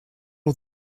all